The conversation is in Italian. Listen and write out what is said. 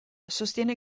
sostiene